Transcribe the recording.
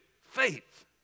Faith